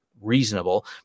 reasonable